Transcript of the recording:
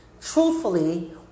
Truthfully